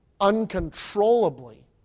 uncontrollably